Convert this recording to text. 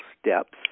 steps